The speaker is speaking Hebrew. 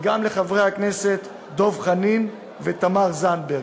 וגם לחברי הכנסת דב חנין ותמר זנדברג.